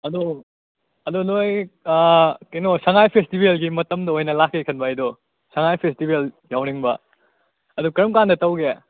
ꯑꯗꯨ ꯑꯗꯨ ꯅꯣꯏ ꯀꯩꯅꯣ ꯁꯉꯥꯏ ꯐꯦꯁꯇꯤꯚꯦꯜꯒꯤ ꯃꯇꯝꯗ ꯑꯣꯏꯅ ꯂꯥꯛꯀꯦ ꯈꯟꯕ ꯑꯩꯗꯣ ꯁꯉꯥꯏ ꯐꯦꯁꯇꯤꯚꯦꯜ ꯌꯥꯎꯅꯤꯡꯕ ꯑꯗꯨ ꯀꯔꯝ ꯀꯥꯟꯗ ꯇꯧꯒꯦ